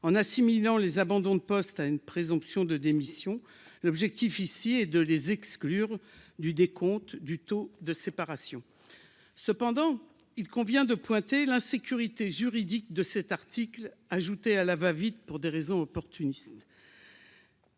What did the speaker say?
en assimilant les abandons de poste à une présomption de démission l'objectif ici est de les exclure du décompte du taux de séparation, cependant, il convient de pointer l'insécurité juridique de cet article, ajouté à la va vite pour des raisons opportuniste,